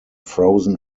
frozen